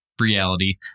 reality